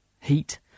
heat